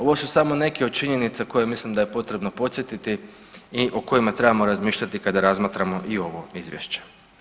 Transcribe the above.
Ovo su samo neki od činjenica koje mislim da je potrebno podsjetiti i o kojima trebamo razmišljati kada razmatramo i ovo izvješće.